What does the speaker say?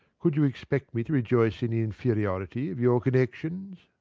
could you expect me to rejoice in the inferiority of your connections?